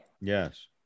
Yes